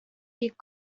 бик